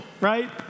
right